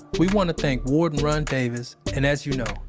we wanna thank warden ron davis, and as you know,